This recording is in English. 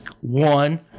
One